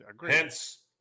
Hence